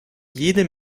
jede